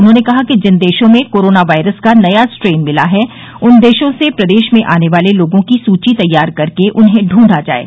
उन्होंने कहा कि जिन देशों में कोरोना वायरस का नया स्ट्रेन मिला है उन देशों से प्रदेश में आने वाले लोगों की सुची तैयार कर उन्हें ढूंढा जाये